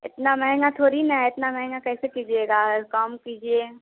इतना महँगा थोड़ी ना है इतना महेँगा कैसे कीजिएगा कम कीजिए